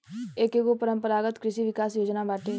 एकेगो परम्परागत कृषि विकास योजना बाटे